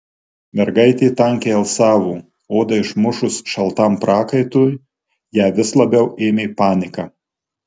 mergaitė tankiai alsavo odą išmušus šaltam prakaitui ją vis labiau ėmė panika